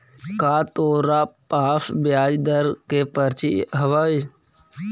का तोरा पास ब्याज दर के पर्ची हवअ